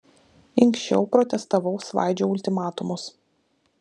inkščiau protestavau svaidžiau ultimatumus